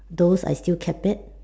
those I still kept it